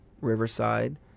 Riverside